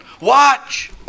Watch